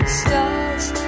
stars